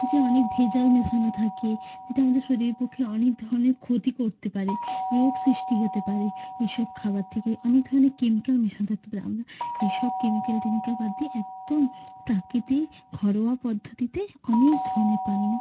যে অনেক ভেজাল মেশানো থাকে যেটা আমাদের শরীরের পক্ষে অনেক ধরনের ক্ষতি করতে পারে রোগ সৃষ্টি হতে পারে এইসব খাবার থেকে অনেক ধরনের কেমিকেল মেশানো থাকতে পারে আমরা এসব কেমিকেল ঠেমিকেল বাদ দিয়ে একদম প্রাকৃতিক ঘরোয়া পদ্ধতিতে অনেক ধরনের পানীয়